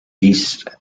east